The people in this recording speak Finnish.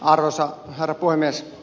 arvoisa herra puhemies